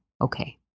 okay